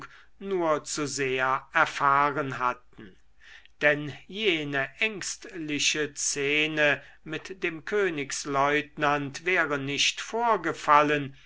nur zu sehr erfahren hatten denn jene ängstliche szene mit dem königslieutenant wäre nicht vorgefallen